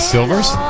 Silvers